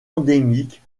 endémique